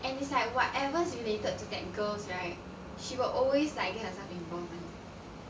and it's like whatever is related to that girl's right she will always like get herself involved [one]